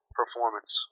performance